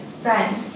Friend